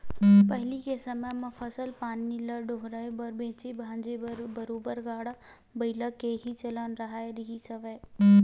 पहिली के समे म फसल पानी ल डोहारे बर बेंचे भांजे बर बरोबर गाड़ा बइला के ही चलन राहत रिहिस हवय